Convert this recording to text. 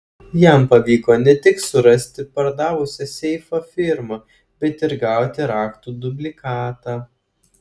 jam pavyko ne tik surasti pardavusią seifą firmą bet ir gauti raktų dublikatą